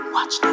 Watch